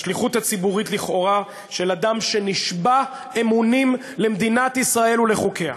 השליחות הציבורית לכאורה של אדם שנשבע אמונים למדינת ישראל ולחוקיה,